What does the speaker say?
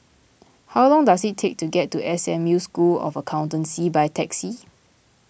how long does it take to get to S M U School of Accountancy by taxi